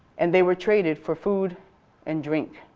and they were traded for food and drink.